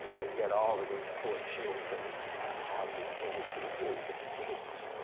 and yet all of these poor children have hardly anything in the states.